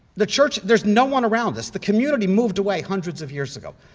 the church, there's no one around this. the community moved away hundreds of years ago.